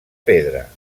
pedra